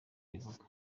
rivuga